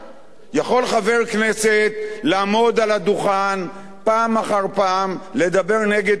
יכול חבר כנסת לעמוד על הדוכן פעם אחר פעם לדבר נגד סיעתו,